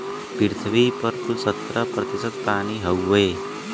पृथ्वी पर कुल सत्तर प्रतिशत पानी हउवे